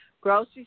Grocery